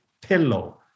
pillow